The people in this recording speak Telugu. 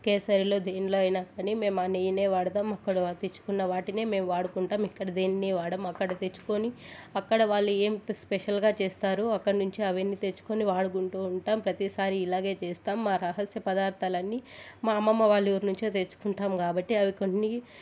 కేసరిలో దేనిలో అయినా కానీ మేము ఆ నెయ్యిని వాడుతాం అక్కడ తెచ్చుకున్న వాటిని మేము వాడుకుంటాం ఇక్కడ దేనిని వాడం అక్కడ తెచ్చుకొని అక్కడ వాళ్ళు ఏం స్పెషల్గా చేస్తారు అక్కడి నుంచి అవన్నీ తెచ్చుకొని వాడుకుంటు ఉంటాం ప్రతిసారి ఇలాగే చేస్తాం మా రహస్య పదార్థాలన్నీ మా అమ్మమ్మ వాళ్ళ ఊరి నుంచే తెచ్చుకుంటాం కాబట్టి అవి కొన్ని